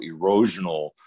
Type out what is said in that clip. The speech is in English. erosional